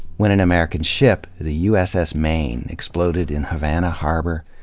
when an american ship, the uss maine, exploded in havana harbor,